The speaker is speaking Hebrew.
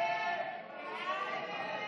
ההסתייגות